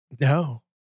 No